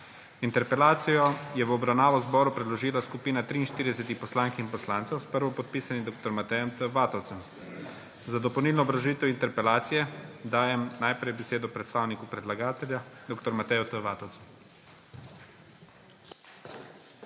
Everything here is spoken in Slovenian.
Interpelacijo je v obravnavo Državnemu zboru predložila skupina 43 poslank in poslancev s prvopodpisanim dr. Matejem T. Vatovcem. Za dopolnilno obrazložitev interpelacije dajem najprej besedo predstavniku predlagatelja dr. Mateju T. Vatovcu.